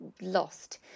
lost